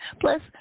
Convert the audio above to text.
Plus